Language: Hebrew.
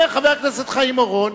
אומר חבר הכנסת חיים אורון: